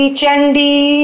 Chandi